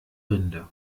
rinde